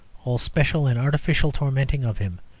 all special and artificial tormenting of him,